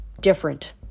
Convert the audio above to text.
different